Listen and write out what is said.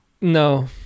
No